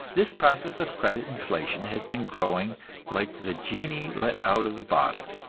this process of credit inflation has been growing like the genii let out of the bottle.